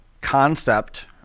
concept